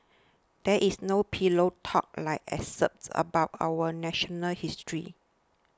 there is no pillow talk like excerpts about our national history